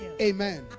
Amen